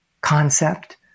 concept